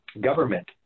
government